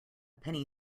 penny